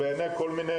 מצד כל מיני